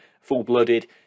full-blooded